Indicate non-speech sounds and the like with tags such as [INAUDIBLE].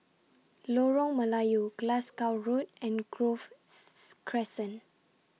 Lorong Melayu Glasgow Road and Grove [NOISE] Crescent